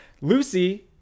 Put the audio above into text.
Lucy